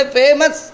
famous